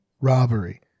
robbery